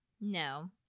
No